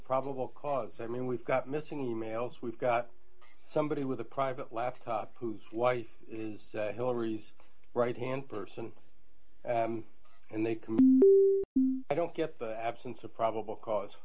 probable cause i mean we've got missing e mails we've got somebody with a private laptop who's wife hillary's right hand person and they can i don't get the absence of probable cause